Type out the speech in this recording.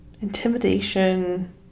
Intimidation